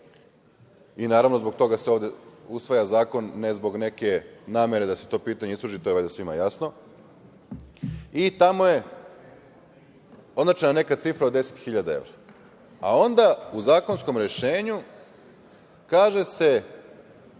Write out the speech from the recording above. i naravno zbog toga se ovde usvaja zakon, ne zbog neke namere da se to pitanje i utvrdi, to je valjda svima jasno, i tamo je označena neka cifra od 10.000 evra, a onda u zakonskom rešenju kaže se